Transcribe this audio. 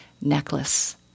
necklace